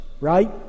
right